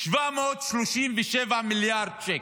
737 מיליארד שקל.